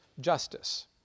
justice